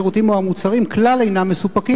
על כך ישיב שר המשפטים.